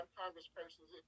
congresspersons